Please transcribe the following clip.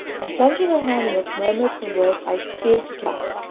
and plunging her hand in it, murmured some words i failed to catch.